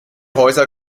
häuser